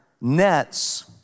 nets